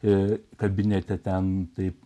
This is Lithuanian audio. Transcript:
ir kabinete ten taip